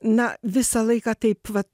na visą laiką taip vat